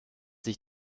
sich